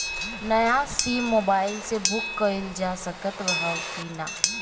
नया SIM mobile से book कइलजा सकत ह कि ना?